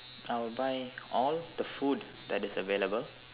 I will buy all the food that is available